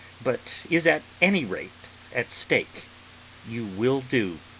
but is at any rate at stake you will do.